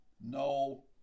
No